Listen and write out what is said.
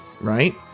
Right